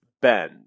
Ben